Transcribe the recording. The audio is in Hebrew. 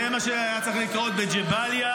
זה מה שהיה צריך לקרות בג'באליה,